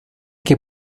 qué